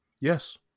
Yes